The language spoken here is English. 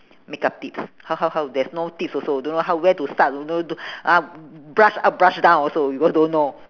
makeup tips how how how there's no tips also don't know how where to start don't know don't ah brush up brush down also we all don't know